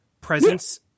Presence